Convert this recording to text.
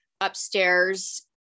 upstairs